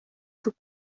sus